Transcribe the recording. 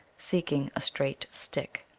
seeking a straight stick.